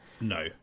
No